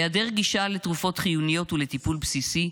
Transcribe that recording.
היעדר גישה לתרופות חיוניות ולטיפול בסיסי,